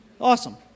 Awesome